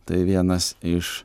tai vienas iš